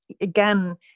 again